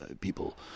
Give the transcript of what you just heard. people